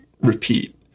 repeat